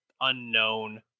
unknown